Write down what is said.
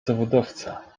zawodowca